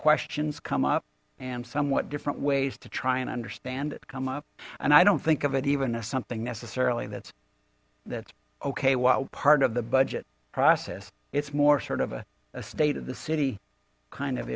questions come up and somewhat different ways to try and understand it come up and i don't think of it even as something necessarily that's that's okay well part of the budget process it's more sort of a state of the city kind of